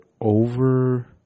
over